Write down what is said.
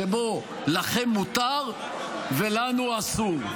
שבו לכם מותר ולנו אסור.